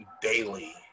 daily